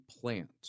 plant